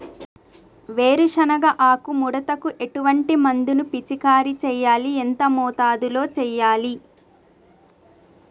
వేరుశెనగ ఆకు ముడతకు ఎటువంటి మందును పిచికారీ చెయ్యాలి? ఎంత మోతాదులో చెయ్యాలి?